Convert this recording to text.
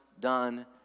done